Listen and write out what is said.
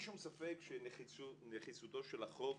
אנחנו מדברים על הסדר דומה אך פוגעני יותר מזה הקבוע בסעיף 3(ב)